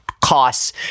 costs